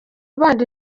bandi